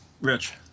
Rich